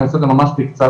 אני אעשה את זה ממש בקצרה,